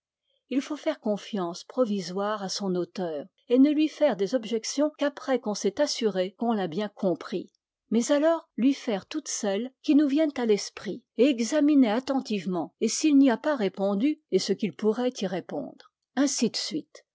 il faut faire confiance provisoire à son auteur et ne lui faire des objections qu'après qu'on s'est assuré qu'on l'a bien compris mais alors lui faire toutes celles qui nous viennent à l'esprit et examiner attentivement et s'il n'y a pas répondu et ce qu'il pourrait y répondre ainsi de suite